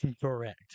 Correct